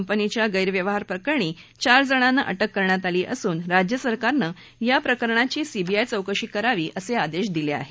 कंपनीच्या गैरव्यवहार प्रकरणी चार जणांना अटक करण्यात आली असून राज्य सरकारनं या प्रकरणाची सीबीआय चौकशी करावी असे आदेश दिले आहेत